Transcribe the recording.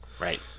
Right